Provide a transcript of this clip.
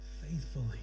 faithfully